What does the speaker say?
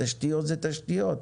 תשתיות זה תשתיות.